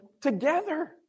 together